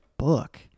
book